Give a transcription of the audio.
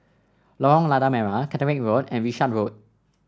Lorong Lada Merah Caterick Road and Wishart Road